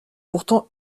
pourtant